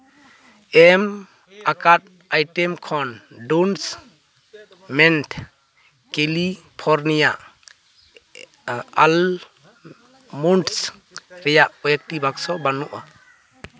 ᱮᱢ ᱟᱠᱟᱱ ᱟᱭᱴᱮᱢᱥ ᱠᱷᱚᱱ ᱰᱳᱱᱥ ᱢᱮᱱᱴ ᱠᱮᱞᱤᱯᱷᱚᱨᱱᱤᱭᱟ ᱮᱞᱢᱳᱰᱥ ᱨᱮᱭᱟᱜ ᱠᱚᱭᱮᱠᱴᱤ ᱵᱟᱠᱥᱚ ᱵᱟᱹᱱᱩᱜᱼᱟ